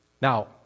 Now